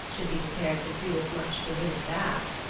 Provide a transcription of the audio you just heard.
should be prepared to do as much to win it back,